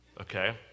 Okay